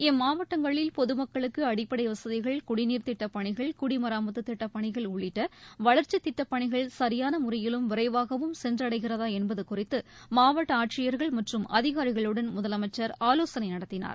இம்மாவட்டங்களில் பொதுமக்களுக்கு அடிப்படை வசதிகள் குடிநீர்த் திட்டப்பணிகள் குடிமராமத்து திட்டப்பணிகள் உள்ளிட்ட வளா்ச்சித் திட்டப் பணிகள் சியான முறையிலும் விரைவாகவும் சென்றடைகிறதா என்பது குறித்து மாவட்ட ஆட்சியர்கள் மற்றம் அதிகாரிகளுடன் முதலமைச்சர் ஆலோசனை நடத்தினார்